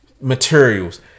materials